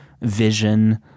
Vision